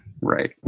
Right